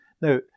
Now